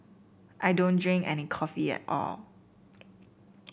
I don't drink any coffee at all